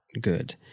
good